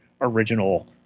original